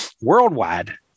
worldwide